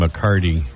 McCarty